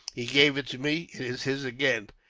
he gave it me. is his again,